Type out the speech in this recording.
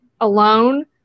alone